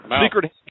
Secret